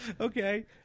Okay